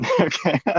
Okay